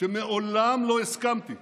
שמעולם לא הסכמתי